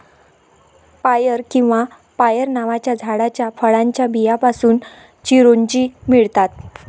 पायर किंवा पायल नावाच्या झाडाच्या फळाच्या बियांपासून चिरोंजी मिळतात